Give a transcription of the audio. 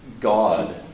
God